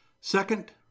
Second